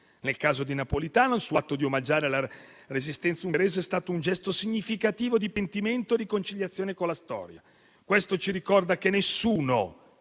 Nel caso di Napolitano, il suo atto di omaggiare la resistenza ungherese è stato un gesto significativo di pentimento e riconciliazione con la storia. Questo ci ricorda che nessuno